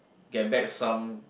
get back some